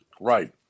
Right